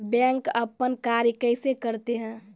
Bank अपन कार्य कैसे करते है?